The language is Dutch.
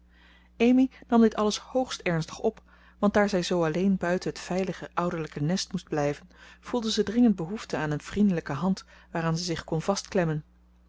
amy nam dit alles hoogst ernstig op want daar zij zoo alleen buiten het veilige ouderlijke nest moest blijven voelde ze dringend behoefte aan een vriendelijke hand waaraan ze zich kon